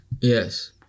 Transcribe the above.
Yes